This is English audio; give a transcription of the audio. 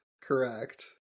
Correct